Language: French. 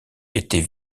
était